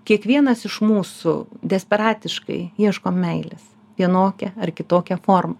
kiekvienas iš mūsų desperatiškai ieško meilės vienokia ar kitokia forma